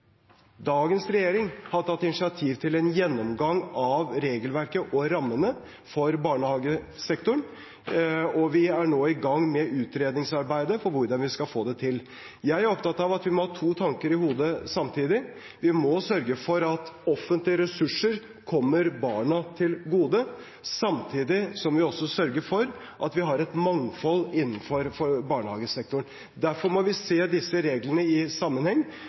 har tatt initiativ til en gjennomgang av reglene og rammene for barnehagesektoren, og vi er nå i gang med utredningsarbeidet for hvordan vi skal få det til. Jeg er opptatt av at vi må ha to tanker i hodet samtidig: Vi må sørge for at offentlige ressurser kommer barna til gode, samtidig som vi også sørger for at vi har et mangfold innenfor barnehagesektoren. Derfor må vi se disse reglene i sammenheng,